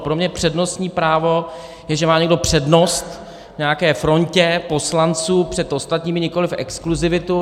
Pro mě přednostní právo je, že má někdo přednost v nějaké frontě poslanců před ostatními, nikoliv exkluzivitu.